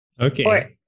Okay